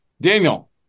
Daniel